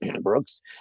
Brooks